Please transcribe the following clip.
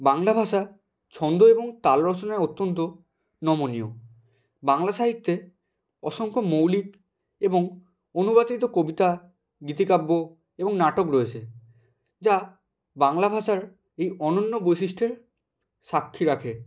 বাংলা ভাষা ছন্দ এবং তাল রচনায় অত্যন্ত নমনীয় বাংলা সাহিত্যে অসংখ্য মৌলিক এবং অনুবাদিত কবিতা গীতিকাব্য এবং নাটক রয়েছে যা বাংলা ভাষার এই অনন্য বৈশিষ্ট্যের সাক্ষী রাখে